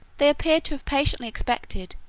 they appeared to have patiently expected,